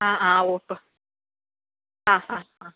ആ ആ ഓ ആ ആ ആ